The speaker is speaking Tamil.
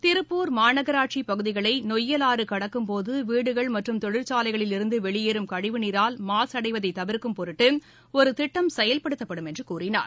திருப்பூர் மாநகராட்சி பகுதிகளை நொய்யல் ஆறு கடக்கும் போது வீடுகள் மற்றும் தொழிற்சாலைகள் இருந்து வெளியேறும் கழிவுநீரால் மாசு அடைவதை தவிர்க்கும் பொருட்டு ஒரு திட்டம் செயல்படுத்தப்படும் என்று கூறினார்